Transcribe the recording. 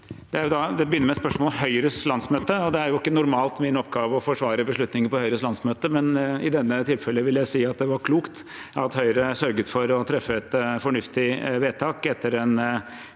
vil begyn- ne med det fra Høyres landsmøte i spørsmålet: Det er normalt ikke min oppgave å forsvare beslutninger på Høyres landsmøte, men i dette tilfellet vil jeg si at det var klokt at Høyre sørget for å treffe et fornuftig vedtak etter en